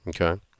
Okay